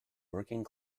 working